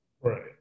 right